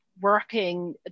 working